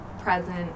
present